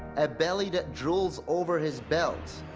a belly that draws over his belt.